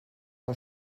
war